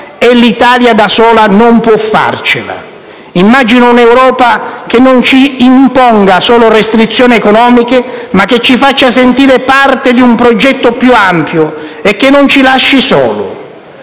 e l'Italia da sola non può farcela. Immagino un'Europa che non ci imponga solo restrizioni economiche, ma che ci faccia sentire parte di un progetto più ampio e non ci lasci soli.